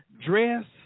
dress